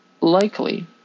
likely